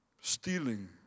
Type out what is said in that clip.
Stealing